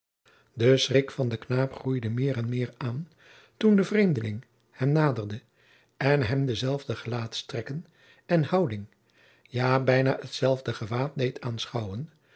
de schrik van den knaap groeide meer en meer aan toen de vreemdeling hem naderde en hem dezelfde gelaatstrekken en houding ja bijna hetzelfde gewaad deed aanschouwen